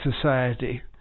society